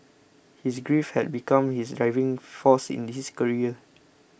his grief had become his driving force in his career